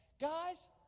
Guys